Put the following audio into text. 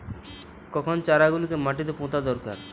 কখন চারা গুলিকে মাটিতে পোঁতা দরকার?